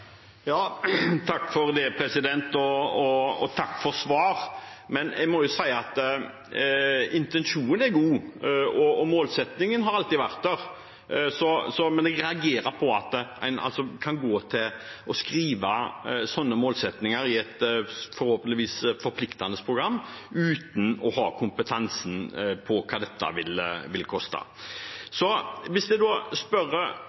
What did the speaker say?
Takk for svaret. Jeg må si at intensjonen er god og målsettingen alltid har vært der, men jeg reagerer på at en kan skrive sånne målsettinger i et forhåpentligvis forpliktende program uten å ha kompetansen på hva dette vil koste. La meg da spørre